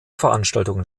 veranstaltungen